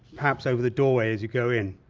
perhaps over the doorway as you go in.